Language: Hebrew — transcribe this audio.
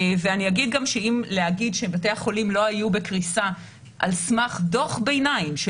אני אגיד גם שלהגיד שבתי החולים לא היו בקריסה על סמך דוח ביניים של